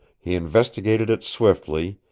he investigated it swiftly,